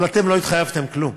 אבל אתם לא התחייבתם כלום.